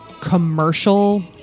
commercial